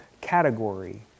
category